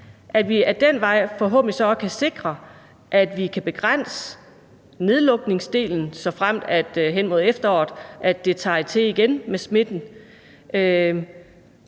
også kan sikre, at vi kan begrænse nedlukningsdelen, såfremt det hen mod efteråret tager til med smitten.